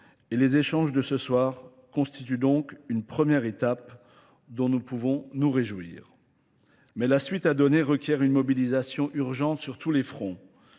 Et les échanges de ce soir constituent donc une première étape dont nous pouvons nous réjouir. Mais la suite à donner requiert une mobilisation urgente sur tous les fronts.